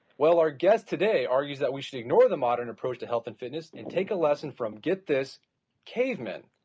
well, our guest today argues that we should ignore the modern approach to health and fitness, and take a lesson from, get this caveman.